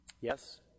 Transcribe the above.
Yes